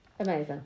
Amazing